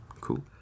cool